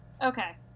Okay